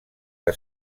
que